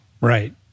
Right